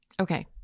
Okay